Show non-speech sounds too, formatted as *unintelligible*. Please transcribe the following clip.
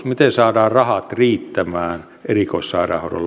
*unintelligible* miten saadaan rahat riittämään erikoissairaanhoidon *unintelligible*